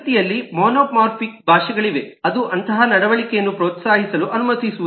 ಪ್ರಕೃತಿಯಲ್ಲಿ ಮೋನೋಮೊರ್ಪಿಕ್ ಭಾಷೆಗಳಿವೆ ಅದು ಅಂತಹ ನಡವಳಿಕೆಯನ್ನು ಪ್ರೋತ್ಸಾಹಿಸಲು ಅನುಮತಿಸುವುದಿಲ್ಲ